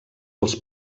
els